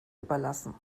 überlassen